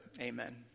Amen